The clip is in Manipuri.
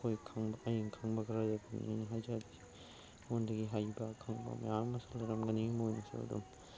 ꯑꯩꯈꯣꯏꯅ ꯈꯪꯕ ꯑꯩꯅ ꯈꯪꯕ ꯈꯔꯗꯤ ꯑꯗꯨꯝ ꯍꯥꯏꯖꯔꯛꯀꯦ ꯑꯩꯉꯣꯟꯗꯒꯤ ꯍꯩꯕ ꯈꯪꯕ ꯃꯌꯥꯝ ꯑꯃꯁꯨ ꯂꯩꯔꯝꯒꯅꯤ ꯃꯣꯏꯗꯁꯨ ꯑꯗꯨꯝ